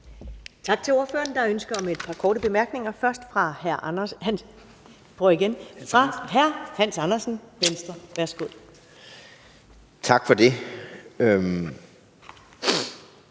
Tak til ordføreren. Der er ønske om et par korte bemærkninger – først er det hr. Hans Andersen, Venstre. Kl. 14:55 Hans